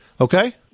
Okay